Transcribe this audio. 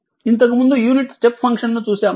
ఇంతకుముందు unit step function ను చూశాము